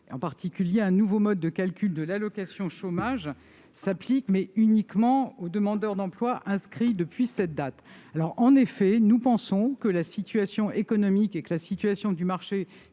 En particulier, un nouveau mode de calcul de l'allocation chômage s'applique, mais uniquement aux demandeurs d'emploi inscrits depuis cette date. En effet, nous pensons que la situation économique et la situation du marché